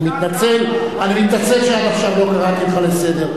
אני מתנצל שעד עכשיו לא קראתי אותך לסדר.